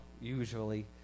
usually